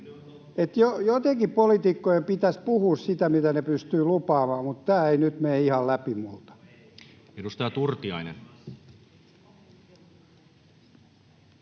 Jotenkin poliitikkojen pitäisi puhua siitä, mitä ne pystyy lupaamaan, mutta tämä ei nyt mene ihan läpi minulta. [Timo Heinonen: